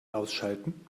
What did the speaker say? ausschalten